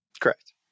Correct